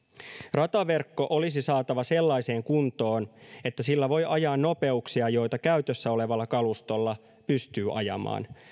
rataverkko olisi saatava sellaiseen kuntoon että sillä voi ajaa nopeuksia joita käytössä olevalla kalustolla pystyy ajamaan